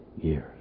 years